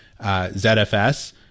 ZFS